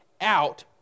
out